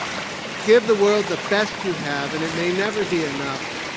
give the world the best you have and it may never be enough.